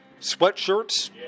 Sweatshirts